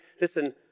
listen